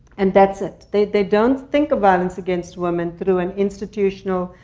and that's it. they they don't think violence against women through an institutional,